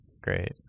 Great